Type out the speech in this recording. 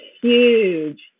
huge